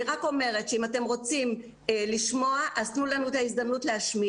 אני רק אומרת שאם אתם רוצים לשמוע אז תנו לנו את ההזדמנות להשמיע.